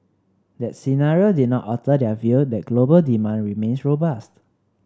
that scenario did not alter their view that global demand remains robust